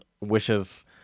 wishes